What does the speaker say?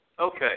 Okay